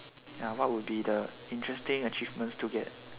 ya what would be the interesting achievements to get